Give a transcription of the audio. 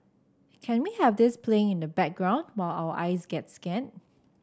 can we have this playing in the background while our eyes get scanned